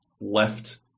left